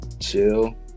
chill